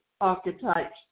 archetypes